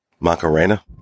Macarena